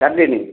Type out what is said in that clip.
ଚାରିଦିନ